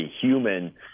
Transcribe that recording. human